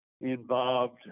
involved –